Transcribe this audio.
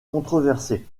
controversée